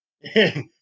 Hey